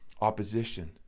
opposition